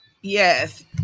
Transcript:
Yes